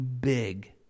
big